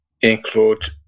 include